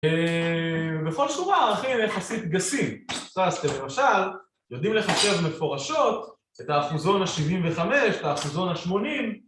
ובכל שורה ערכים יחסית גסים, נכנסתם למשל, יודעים לחשב מפורשות את האחוזון ה-75, את האחוזון ה-80